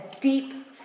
deep